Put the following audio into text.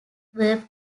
were